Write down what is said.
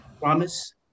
Promise